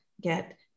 get